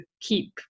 keep